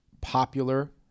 popular